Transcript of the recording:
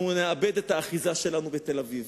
אנחנו נאבד את האחיזה שלנו בתל-אביב.